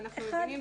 אנחנו מבינים,